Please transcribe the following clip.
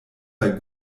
bei